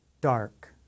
Dark